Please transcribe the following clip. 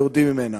ויורדים ממנה.